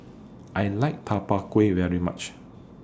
I like Tau Kwa Pau very much